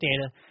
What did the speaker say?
data